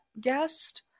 guest